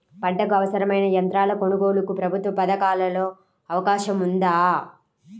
పంటకు అవసరమైన యంత్రాల కొనగోలుకు ప్రభుత్వ పథకాలలో అవకాశం ఉందా?